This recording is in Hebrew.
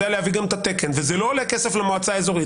להביא גם את התקן וזה לא עולה כסף למועצה האזורית